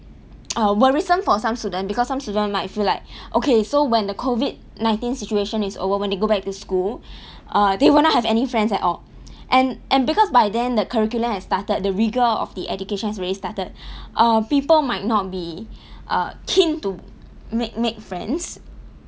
uh worrisome for some student because some student might feel like okay so when the COVID nineteen situation is over when they go back to school uh they will not have any friends at all and and because by then the curriculum has started the rigour of the education has already started uh people might not be uh keen to make make friends